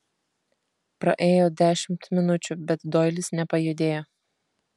praėjo dešimt minučių bet doilis nepajudėjo